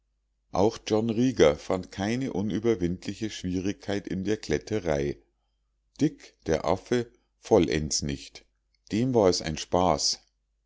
auch john rieger fand keine unüberwindliche schwierigkeit in der kletterei dick der affe vollends nicht dem war es ein spaß